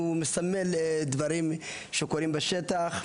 משום שהוא מסמל דברים שמתרחשים בשטח.